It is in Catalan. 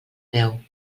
veu